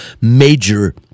major